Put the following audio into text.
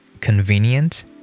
convenient